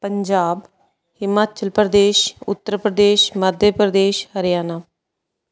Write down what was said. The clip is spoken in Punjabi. ਪੰਜਾਬ ਹਿਮਾਚਲ ਪ੍ਰਦੇਸ਼ ਉੱਤਰ ਪ੍ਰਦੇਸ਼ ਮੱਧ ਪ੍ਰਦੇਸ਼ ਹਰਿਆਣਾ